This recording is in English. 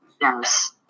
Yes